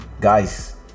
Guys